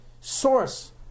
source